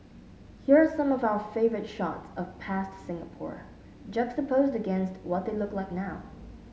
here are some of our favourite shots of past Singapore juxtaposed against what they look like now